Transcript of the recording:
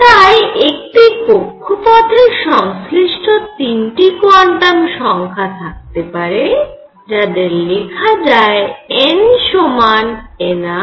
তাই একটি কক্ষপথের সংশ্লিষ্ট তিনটি কোয়ান্টাম সংখ্যা থাকতে পারে যাদের লেখা যায় n সমান nrn